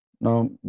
Now